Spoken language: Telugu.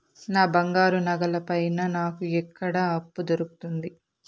నా బంగారు నగల పైన నాకు ఎక్కడ అప్పు దొరుకుతుంది